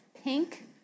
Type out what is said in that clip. pink